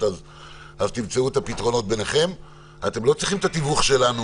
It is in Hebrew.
ברשותך, אדוני,